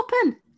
open